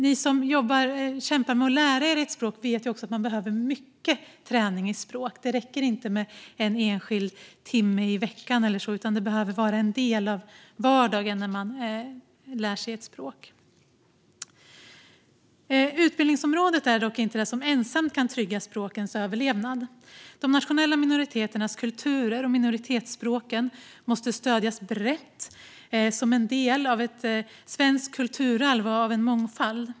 Ni som kämpar med att lära er ett språk vet också att man behöver mycket träning i språk - det räcker inte med en enskild timme i veckan, utan när man lär sig ett språk behöver detta vara en del av vardagen. Utbildningsområdet kan dock inte ensamt trygga språkens överlevnad. De nationella minoriteternas kulturer och minoritetsspråken måste stödjas brett som en del av ett svenskt kulturarv och en mångfald.